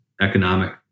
economic